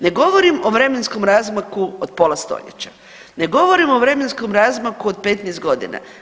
Ne govorim o vremenskom razmaku od pola stoljeća, ne govorim o vremenskom razmaku od 15 godina.